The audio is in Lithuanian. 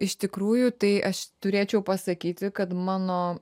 iš tikrųjų tai aš turėčiau pasakyti kad mano